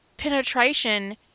Penetration